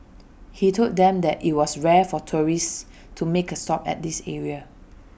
he told them that IT was rare for tourists to make A stop at this area